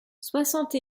soixante